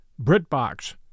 BritBox